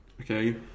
Okay